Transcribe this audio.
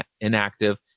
inactive